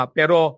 pero